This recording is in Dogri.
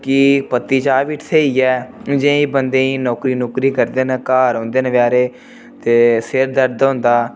कि पत्ती चाह् बी स्हेई ऐ जियां बंदे गी नौकरी नाकरी करदे ते घर औंदे न बेचारे ते सिर दर्द होंदा